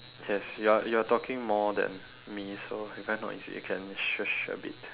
yes you are you are talking more then me so you very noisy you can shush a bit